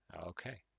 Okay